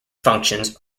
functions